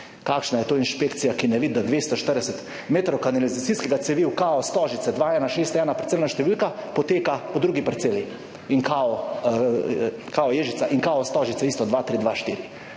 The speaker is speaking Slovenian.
Kakšna je to inšpekcija, ki ne vidi, da 240 metrov kanalizacijskega cevi v KO Stožice, 2161 parcelna številka, poteka po drugi parceli in KO Ježica in KO Stožice isto, 2324.